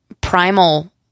primal